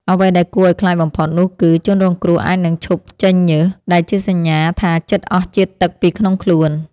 អ្វីដែលគួរឱ្យខ្លាចបំផុតនោះគឺ ជនរងគ្រោះអាចនឹងឈប់ចេញញើស ដែលជាសញ្ញាថាជិតអស់ជាតិទឹកពីក្នុងខ្លួន។